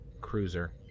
cruiser